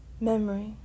memory